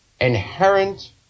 inherent